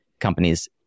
companies